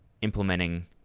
implementing